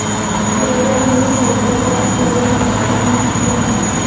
ಗಿಡಗೊಳ್ ನೀರ್, ಗೊಬ್ಬರ್ ಮತ್ತ್ ಸೂರ್ಯನ್ ಬಿಸಿಲ್ ತಗೊಂಡ್ ಹಣ್ಣ್ ಬಿಡ್ತಾವ್